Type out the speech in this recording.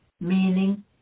Meaning